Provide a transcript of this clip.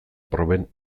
proben